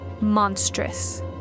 Monstrous